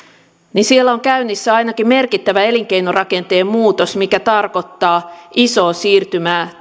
niin siellä on käynnissä ainakin merkittävä elinkeinorakenteen muutos mikä tarkoittaa isoa siirtymää